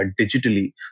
digitally